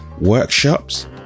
workshops